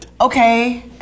okay